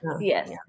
Yes